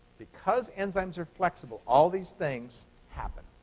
because enzymes are flexible, all these things happen.